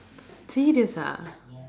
serious ah